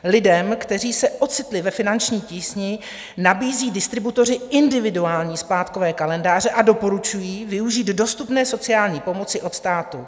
Lidem, kteří se ocitli ve finanční tísni, nabízí distributoři individuální splátkové kalendáře a doporučují využít dostupné sociální pomoci od státu.